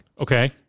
Okay